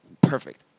perfect